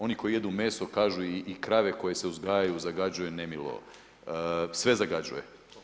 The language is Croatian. Oni koji jedu meso, kažu i krave koje se uzgajaju zagađuju nemilo, sve zagađuje.